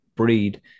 Breed